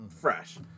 fresh